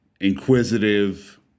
inquisitive